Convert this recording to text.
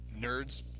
nerds